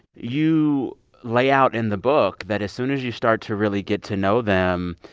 you lay out in the book that, as soon as you start to really get to know them,